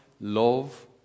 love